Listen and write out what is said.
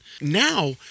Now